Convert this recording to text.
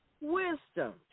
wisdom